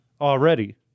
already